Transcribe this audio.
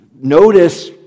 notice